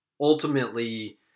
ultimately